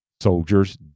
Soldiers